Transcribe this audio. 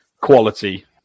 Quality